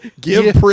give